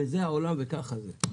זה העולם וככה זה,